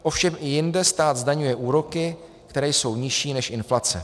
Ovšem i jinde stát zdaňuje úroky, které jsou nižší než inflace.